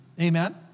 amen